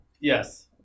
Yes